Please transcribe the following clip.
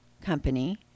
company